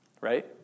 right